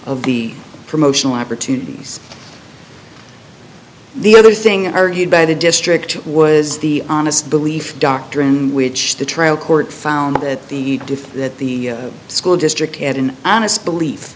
of the promotional opportunities the other thing argued by the district was the honest belief doctrine which the trial court found that the diff that the school district had an honest belief